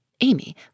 Amy